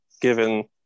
given